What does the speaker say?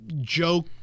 joke